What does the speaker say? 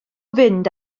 fynd